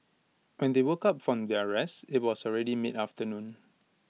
when they woke up from their rest IT was already mid afternoon